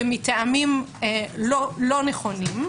ומטעמים לא נכונים.